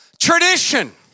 tradition